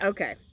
Okay